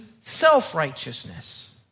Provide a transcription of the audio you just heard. self-righteousness